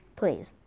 please